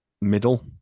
middle